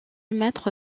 maître